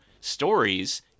stories